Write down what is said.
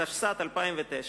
התשס"ט 2009,